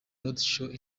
roadshow